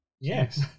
Yes